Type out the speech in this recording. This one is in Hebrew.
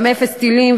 גם אפס טילים,